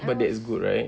but that's good right